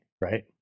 right